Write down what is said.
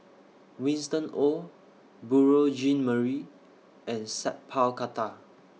Winston Oh Beurel Jean Marie and Sat Pal Khattar